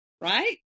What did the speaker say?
right